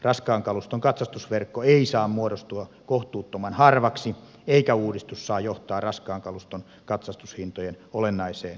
raskaan kaluston katsastusverkko ei saa muodostua kohtuuttoman harvaksi eikä uudistus saa johtaa raskaan kaluston katsastushintojen olennaiseen kohoamiseen